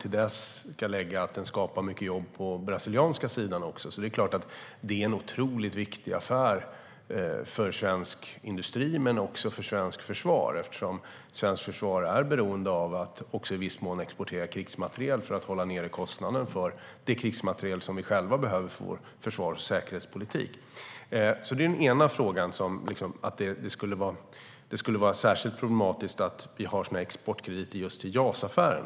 Till det ska läggas att den också skapar mycket jobb på den brasilianska sidan också. Det är klart att det är en otroligt viktig affär för svensk industri och för svenskt försvar, eftersom det svenska försvaret är beroende av att vi kan exportera krigsmateriel för att i viss mån hålla nere kostnaden för den krigsmateriel vi själva behöver för vår försvars och säkerhetspolitik. Den ena delen av frågan är alltså om det skulle vara särskilt problematiskt med exportkrediter till just JAS-affären.